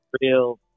real